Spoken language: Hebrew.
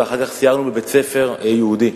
ואחר כך סיירנו בבית-ספר יהודי.